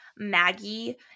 maggie